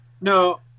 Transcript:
no